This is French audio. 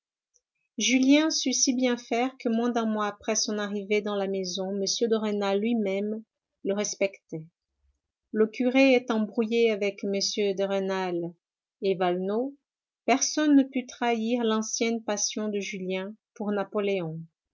julien sut si bien faire que moins d'un mois après son arrivée dans la maison m de rênal lui-même le respectait le curé étant brouillé avec mm de rênal et valenod personne ne put trahir l'ancienne passion de julien pour napoléon